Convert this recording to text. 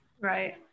Right